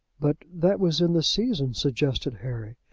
but that was in the season, suggested harry.